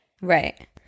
right